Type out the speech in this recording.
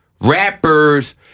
Rappers